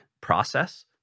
process